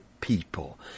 people